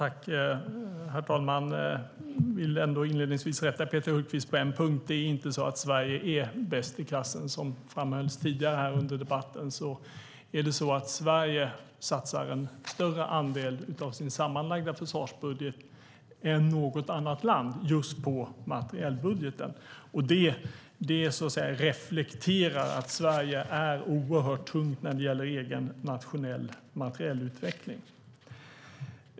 Herr talman! Jag vill ändå inledningsvis rätta Peter Hultqvist på en punkt. Det är inte så att Sverige är bäst i klassen. Som framhölls tidigare under debatten satsar Sverige en större andel av sin sammanlagda försvarsbudget än något annat land på just materielbudgeten. Det reflekterar att Sverige är oerhört tungt när det gäller egen nationell materielutveckling.